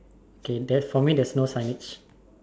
okay then for me there's no signage